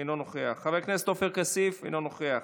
אינו נוכח, חבר הכנסת עופר כסיף, אינו נוכח,